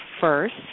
first